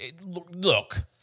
look